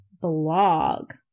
blog